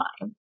time